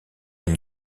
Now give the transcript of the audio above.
une